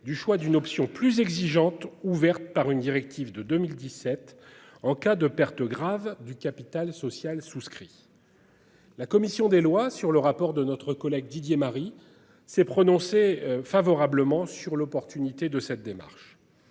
du choix d'une option plus exigeante ouverte par une directive de 2017. En cas de perte grave du capital social souscrit.-- La commission des lois sur le rapport de notre collègue Didier Marie s'est prononcé favorablement sur l'opportunité de cette démarche.